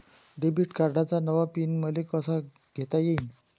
Debit कार्डचा नवा PIN मले कसा घेता येईन?